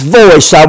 voice